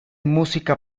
música